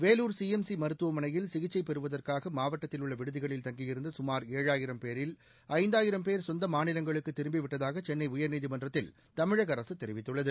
Vellore CMC மருத்துவமனையில் சிகிச்சை பெறுவதற்காக மாவட்டத்தில்உள்ள விடுதிகளில் தங்கியிருந்த சுமார் ஏழாயிரம் பேரில் ஐந்தாயிரம் பேர் சொந்த மாநிலங்களுக்கு திரும்பிவிட்டதாக சென்னை உயர்நீதிமன்றத்தில் தமிழக அரசு தெரிவித்துள்ளது